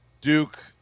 Duke